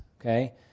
Okay